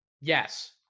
Yes